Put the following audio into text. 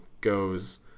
goes